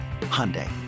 Hyundai